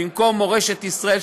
במקום "מורשת ישראל",